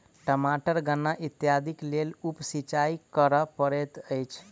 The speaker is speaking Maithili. टमाटर गन्ना इत्यादिक लेल उप सिचाई करअ पड़ैत अछि